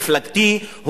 מפלגתי,